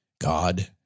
God